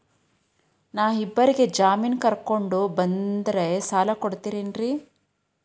ನಾ ಇಬ್ಬರಿಗೆ ಜಾಮಿನ್ ಕರ್ಕೊಂಡ್ ಬಂದ್ರ ಸಾಲ ಕೊಡ್ತೇರಿ?